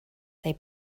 they